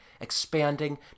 expanding